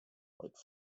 like